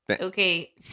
Okay